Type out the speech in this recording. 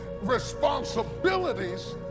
responsibilities